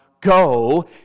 go